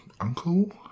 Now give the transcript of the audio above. Uncle